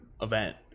event